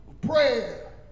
prayer